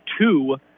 two